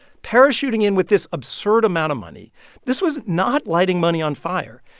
parachuting in with this absurd amount of money this was not lighting money on fire.